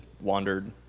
wandered